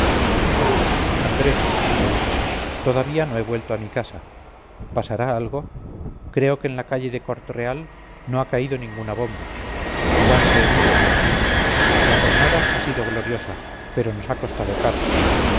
andrés me dijo todavía no he vuelto a mi casa pasará algo creo que en la calle de cort real no ha caído ninguna bomba cuánto herido dios mío la jornada ha sido gloriosa pero nos ha costado cara